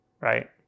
right